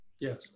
Yes